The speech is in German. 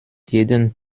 jeden